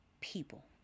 people